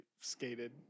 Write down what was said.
skated